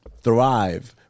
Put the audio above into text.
thrive